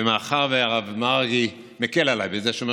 מאחר שהרב מרגי מקל עליי בזה שהוא אומר